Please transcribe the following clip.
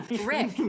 Rick